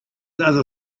other